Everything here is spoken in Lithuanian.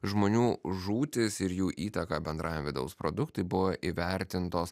žmonių žūtys ir jų įtaka bendrajam vidaus produktui buvo įvertintos